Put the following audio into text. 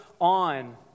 on